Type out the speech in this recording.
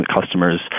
customers